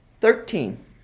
Thirteen